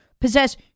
possess